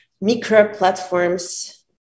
micro-platforms